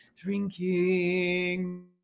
drinking